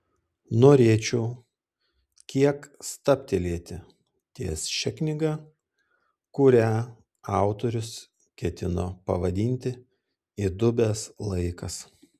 norėčiau kiek stabtelėti ties šia knyga kurią autorius ketino pavadinti įdubęs laikas